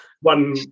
One